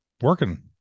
working